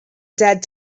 dared